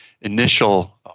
initial